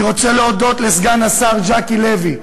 אני רוצה להודות לסגן השר ז'קי לוי,